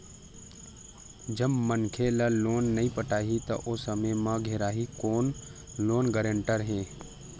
जब मनखे ह लोन ल नइ पटाही त ओ समे म घेराही कोन लोन गारेंटर ह